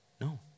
No